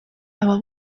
abo